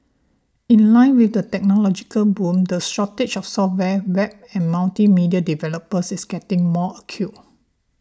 in line with the technological boom the shortage of software Web and multimedia developers is getting more acute